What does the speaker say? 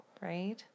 right